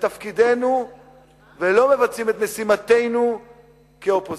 לתפקידנו ולא מבצעים את משימתנו כאופוזיציה.